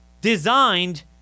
designed